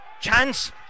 Chance